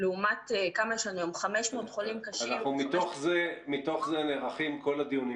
לעומת 500 חולים קשים --- מתוך זה נערכים כל הדיונים,